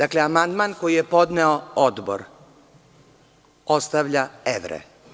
Amandman koji je podneo Odbor ostavlja evre.